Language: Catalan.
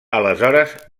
aleshores